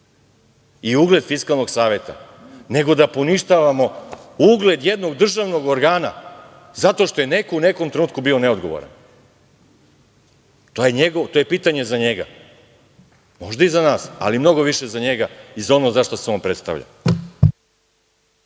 i ugled Fiskalnog saveta, nego da poništavamo ugled jednog državnog organa zato što je neko u nekom trenutku bio neodgovoran. To je pitanje za njega, možda i za nas, ali mnogo više za njega i za ono za šta se on predstavlja.